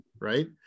right